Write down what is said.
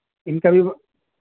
ان کا بھی